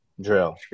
drill